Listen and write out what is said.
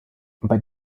bei